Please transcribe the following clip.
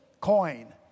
coin